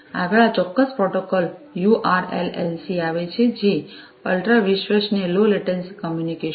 આગળ આ ચોક્કસ પ્રોટોકોલ યુઆરએલએલસીઆવે છે જે અલ્ટ્રા વિશ્વસનીય લો લેટન્સી કોમ્યુનિકેશન છે